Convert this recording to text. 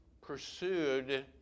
pursued